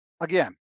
again